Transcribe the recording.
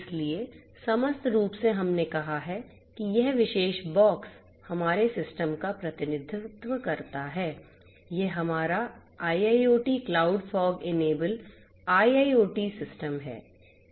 इसलिए समस्त रूप से हमने कहा है कि यह विशेष बॉक्स हमारे सिस्टम का प्रतिनिधित्व करता है यह हमारा IIoT cloud fog enable IIoT system है